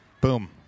Boom